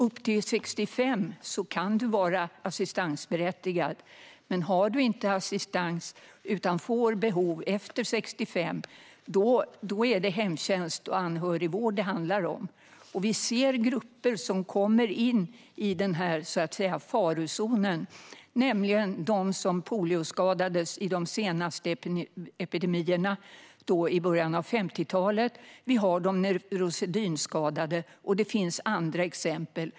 Upp till 65 kan du vara assistansberättigad, men har du inte assistans utan får behov efter 65 är det hemtjänst och anhörigvård det handlar om. Vi ser grupper som kommer in i den här så att säga farozonen, nämligen de som polioskadades i de senaste epidemierna i början av 50-talet och de neurosedynskadade. Det finns andra exempel.